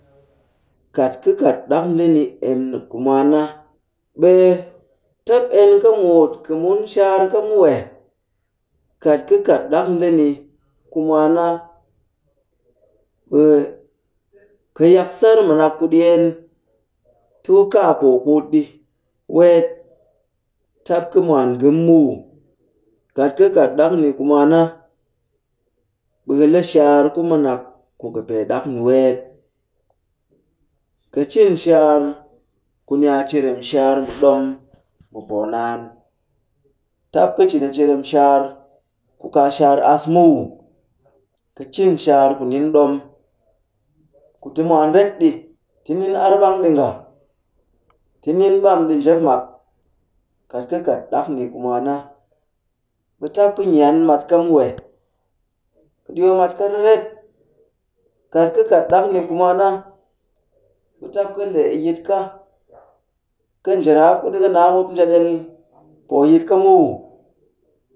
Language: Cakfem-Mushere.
Kat kɨ kat ɗak ndeni ku mwaan na, ɓe tap en ka muut kɨ mun shaar ka muw eh. kat ka kat ɗak ndeni ku mwaan na, ɓe ka yak sar mɨnak ku ɗyeen ti ku kaa poo kuut ɗi weet tap ka mwaan ngɨm muw. Kat ka kat ɗak ni ku mwaan na, ɓe ka le shaar ku mɨnak ku kɨpee ɗak ni weet. Ka cin shaar ku ni a cirem shaar mu ɗom mu poo naan. Tap ka cin a cirem shaar ku kaa shaar as muw. Ka cin shaar ku nin ɗom ku ti mwaan ret ɗi. Ti nin ar ɓang ɗi nga. Ti nin ɓam ɗi njep mak. Kat ka kat ɗak ku mwaan na, ɓe tap ka nyan mat ka muw eh. Ka ɗyoo may ka riret. Kat ka kat dak ni ku mwaan na, ɓe tap ka le yi ka kɨ njɨraap ku ɗika naa mop njia ɗel poo yit ka muw.